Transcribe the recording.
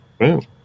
boom